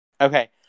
Okay